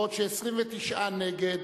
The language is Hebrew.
בעוד ש-29 נגד,